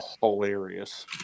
hilarious